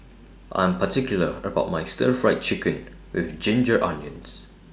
I'm particular about My Stir Fried Chicken with Ginger Onions